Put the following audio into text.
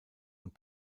und